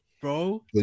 Bro